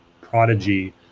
prodigy